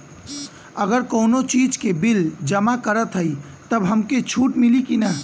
अगर कउनो चीज़ के बिल जमा करत हई तब हमके छूट मिली कि ना?